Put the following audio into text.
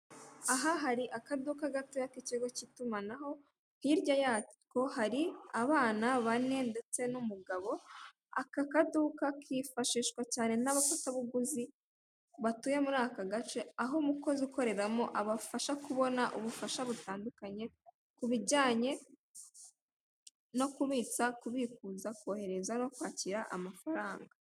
Aha hari akaduka gatoya k'ikigo cy'itumanaho, hirya yako hari abana bane ndetse n'umugabo, aka kaduka kifashishwa cyane n'abafatabuguzi batuye muri ako gace, aho umukozi ukoreramo abafasha kubona ubufasha butandukanye, kubijyanye no kubitsa kubikuza, kohereza no kwakira amafaranga.